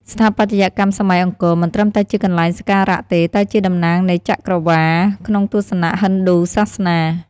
ស្ថាបត្យកម្មសម័យអង្គរមិនត្រឹមតែជាកន្លែងសក្ការៈទេ តែជាតំណាងនៃចក្រវាឡក្នុងទស្សនៈហិណ្ឌូសាសនា។